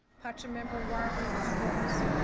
pacha member robert schwartz.